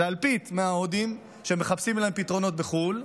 זה אלפית מההודים שמחפשים להם פתרונות בחו"ל,